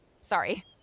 Sorry